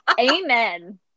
Amen